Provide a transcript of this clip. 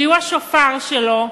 שיהיו השופר שלו,